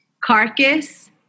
Carcass